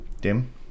Dim